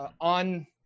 on